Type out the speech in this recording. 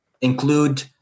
include